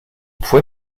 fue